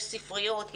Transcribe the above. יש ספריות,